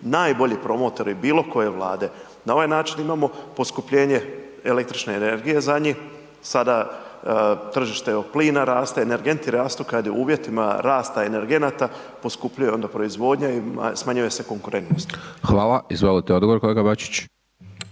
najbolji promotori bilo koje Vlade. Na ovaj način imamo poskupljenje električne energije za njih, sada tržište evo plina raste, energenti rastu, kad je u uvjetima rasta energenata poskupljuje onda proizvodnja i smanjuje se konkurentnost. **Hajdaš Dončić,